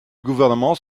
gouvernement